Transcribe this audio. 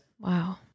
Wow